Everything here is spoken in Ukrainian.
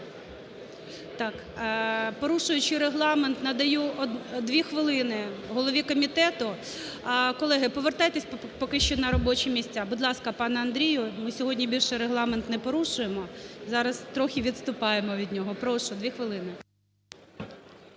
порушуючи Регламент, надаю дві хвилини голові комітету. Колеги, повертайтесь поки що на робочі місця. Будь ласка, пане Андрію. Ми сьогодні більше Регламент не порушуємо, зараз трохи відступаємо від нього. Прошу, дві хвилини.